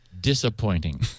disappointing